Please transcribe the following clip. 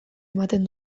ematen